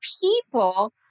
people